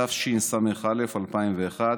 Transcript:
התשס"א 2001,